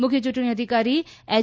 મુખ્ય યૂંટણી અધિકારી એય